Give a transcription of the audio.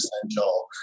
essential